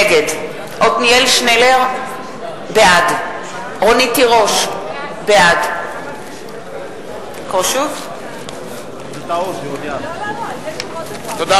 נגד עתניאל שנלר, בעד רונית תירוש, בעד תודה רבה.